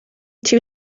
too